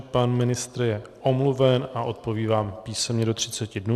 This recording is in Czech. Pan ministr je omluven a odpoví vám písemně do 30 dnů.